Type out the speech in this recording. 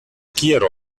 quiero